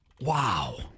Wow